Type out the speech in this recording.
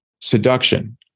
seduction